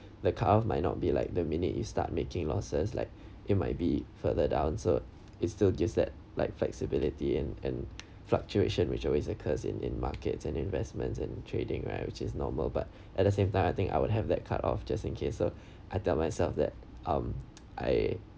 the cut off might not be like the minute it start making losses like it might be further down it's still just that like flexibility and and fluctuation which always occurs in in markets and investment and trading right which is normal but at the same time I think I would have that cut off just in case so I tell myself that um I